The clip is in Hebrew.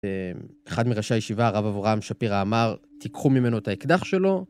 אחד מראשי הישיבה, רב אברהם שפירא, אמר "תיקחו ממנו את האקדח שלו".